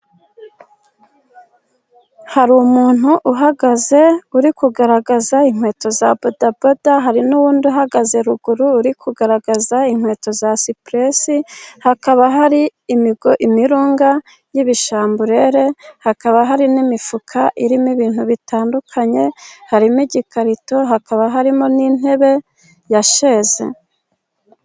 Hari umuntu uhagaze uri kugaragaza inkweto za bodaboda, hari n'undi uhagaze ruguru uri kugaragaza inkweto za supuresi, hakaba hari imirunga y'ibishamburere, hakaba hari n'imifuka irimo ibintu bitandukanye, harimo igikarito, hakaba harimo n'intebe ya sheze.